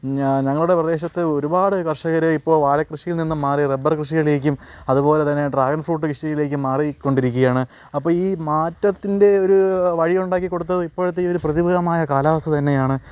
ഞാൻ ഞങ്ങളുടെ പ്രദേശത്ത് ഒരുപാട് കർഷകർ ഇപ്പോൾ വാഴക്കൃഷിയിൽ നിന്ന് മാറി റബ്ബർ കൃഷിയിലേക്കും അതുപോലെ തന്നെ ഡ്രാഗൺ ഫ്രൂട്ട് കൃഷിയിലേക്കും മാറിക്കൊണ്ടിരിക്കയാണ് അപ്പോൾ ഈ മാറ്റത്തിൻ്റെ ഒരു വഴിയുണ്ടാക്കി കൊടുത്തത് ഇപ്പോഴത്തെ ഒരു പ്രതികൂലമായ കാലാവസ്ഥ തന്നെയാണ്